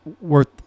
worth